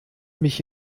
mich